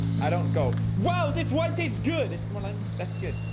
i don't go. wow. this one tastes good. it's more like that's good.